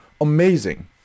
amazing